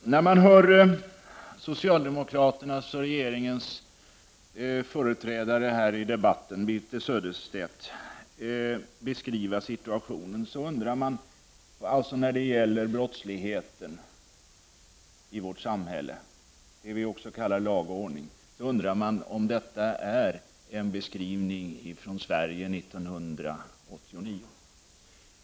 Herr talman! När jag hör socialdemokraternas och regeringens företrädare här i debatten, Birthe Sörestedt, beskriva situationen när det gäller brottsligheten samt lag och ordning i vårt samhälle, undrar jag om detta är en beskrivning från Sverige 1989.